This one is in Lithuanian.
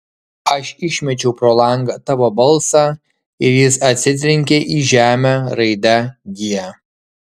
aš išmečiau pro langą tavo balsą ir jis atsitrenkė į žemę raide g